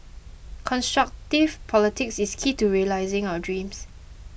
constructive politics is key to realising our dreams